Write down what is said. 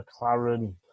McLaren